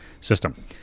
system